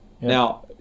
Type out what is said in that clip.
now